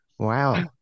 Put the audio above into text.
Wow